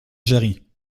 jarrie